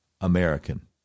American